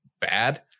bad